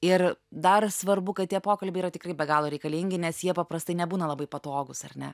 ir dar svarbu kad tie pokalbiai yra tikrai be galo reikalingi nes jie paprastai nebūna labai patogūs ar ne